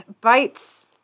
bites